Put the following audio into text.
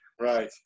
right